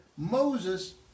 Moses